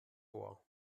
ohr